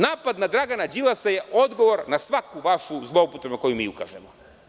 Napad na Dragana Đilasa je odgovor na svaku vašu zloupotrebu na koju vam mi ukažemo.